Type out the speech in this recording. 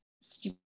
stupid